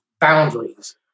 boundaries